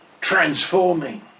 transforming